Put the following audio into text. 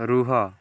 ରୁହ